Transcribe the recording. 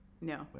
no